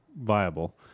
viable